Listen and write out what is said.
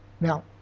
Now